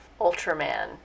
Ultraman